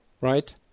right